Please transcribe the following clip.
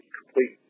complete